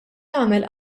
jagħmel